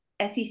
SEC